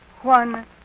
Juan